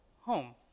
home